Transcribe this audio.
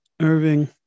Irving